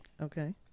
Okay